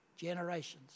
Generations